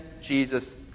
Jesus